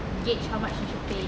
gauge how much she should pay